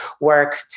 work